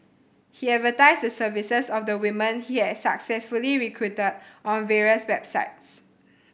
he advertised the services of the women he had successfully recruited on various websites